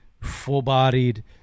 full-bodied